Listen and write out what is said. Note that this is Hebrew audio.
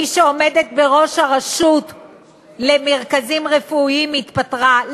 מי שעומדת בראש רשות המרכזים הרפואיים, התפטרה.